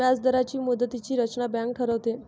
व्याजदरांची मुदतीची रचना बँक ठरवते